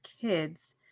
kids